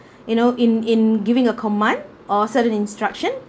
you know in in giving a command or set an instruction